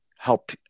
help